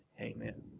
amen